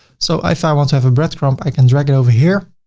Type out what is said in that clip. so if i want to have a bread crumb, i can drag it over here